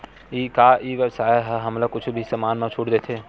का ई व्यवसाय ह हमला कुछु भी समान मा छुट देथे?